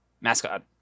mascot